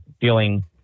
feeling